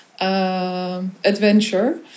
adventure